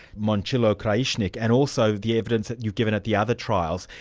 momcilo krajisnik, and also the evidence that you've given at the other trials.